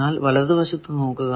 എന്നാൽ വലതു വശത്തു നോക്കുക